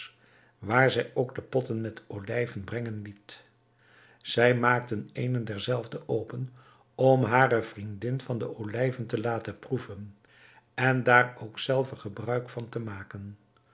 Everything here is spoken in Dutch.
waar zij ook de potten met olijven brengen liet zij maakte eene derzelve open om hare vriendin van de olijven te laten proeven en daar ook zelve gebruik van te maken